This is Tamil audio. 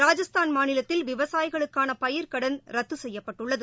ராஜஸ்தான் மாநிலத்தில் விவசாயிகளுக்கான பயிர்க்கடன் ரத்து செய்யப்பட்டுள்ளது